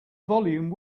volume